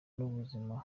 n’ubuzima